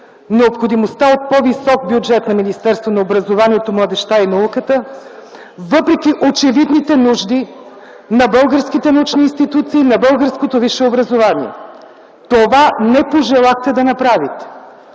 необходимостта от по-висок бюджет на Министерството на образованието, младежта и науката въпреки очевидните нужди на българските научни институции, на българското висше образование. Това не пожелахте да направите!